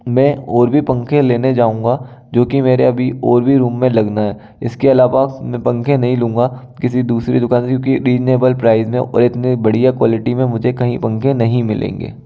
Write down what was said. मैं और भी पंखे लेने जाऊँगा जो कि मेरे अभी और भी रूम में लगना है इसके अलावा मैं पंखे नहीं लूँगा किसी दूसरे दुकान से क्योंकि रीजनेबल प्राइस में और इतने बढ़िया क्वालिटी में मुझे कहीं पंखे नहीं मिलेंगे